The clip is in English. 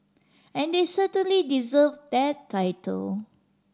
and they certainly deserve that title